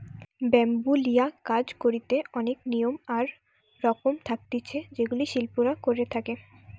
bamboo লিয়া কাজ করিতে অনেক নিয়ম আর রকম থাকতিছে যেগুলা শিল্পীরা করে থাকে